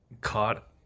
caught